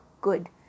good